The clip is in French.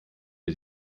est